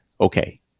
okay